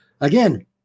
Again